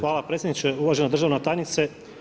Hvala predsjedniče, uvažena državna tajnice.